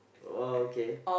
oh okay